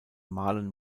marlon